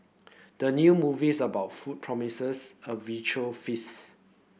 the new movies about food promises a visual feast